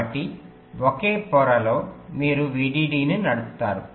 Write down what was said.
కాబట్టి ఒక పొరలో మీరు VDD ను నడుపుతారు